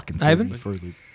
Ivan